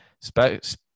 Space